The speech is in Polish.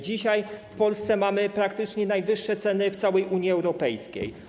Dzisiaj w Polsce mamy praktycznie najwyższe ceny w całej Unii Europejskiej.